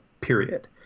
period